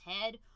head